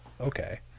okay